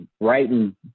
writing